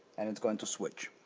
and it's going to switch.